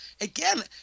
again